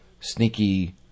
sneaky